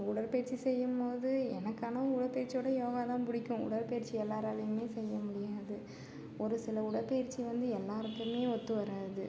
உடற்பயிற்சி செய்யும்போது எனக்கு ஆனா உடற்பயிற்சியோட யோகாதான் பிடிக்கும் உடற்பயிற்சி எல்லோராலையுமே செய்ய முடியாது ஒரு சில உடற்பயிற்சி வந்து எல்லாருக்குமே ஒத்து வராது